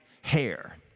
hair